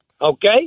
okay